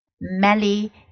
Melly